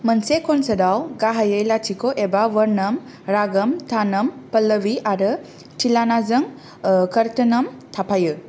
मोनसे कन्सार्टआव गाहायै लाथिख' एबा वर्नम रागम तानम पल्लवी आरो थिलानाजों कोर्थोनाम थाफायो